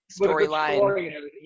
storyline